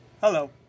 hello